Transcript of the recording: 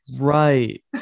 right